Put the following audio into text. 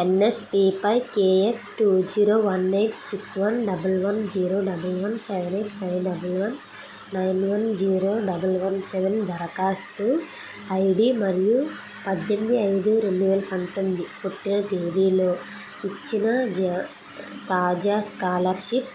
ఎన్ఎస్పీపై K X two zero one eight six one double one zero double one seven eight five double one nine one zero double one seven దరఖాస్తు ID మరియు పద్దెనిమిది ఐదు రెండు వేల పంతొమ్మిది పుట్టిన తేదీలో ఇచ్చిన తాజా స్కాలర్షిప్